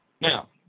Now